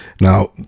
Now